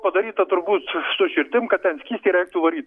padaryta turbūt su su širdim kad ten skystį reiktų varyt